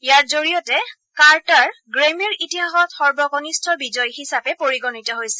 ইয়াৰ জৰিয়তে কাৰ্টাৰ গ্ৰেমীৰ ইতিহাসত সৰ্বকনিষ্ঠ বিজয়ী হিচাপে পৰিগণিত হৈছে